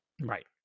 Right